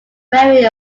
wearing